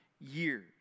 years